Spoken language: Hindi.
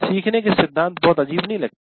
सीखने के सिद्धांत बहुत अजीब नहीं लगते